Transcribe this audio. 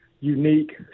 Unique